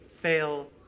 fail